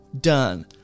done